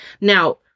now